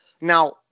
Now